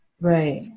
Right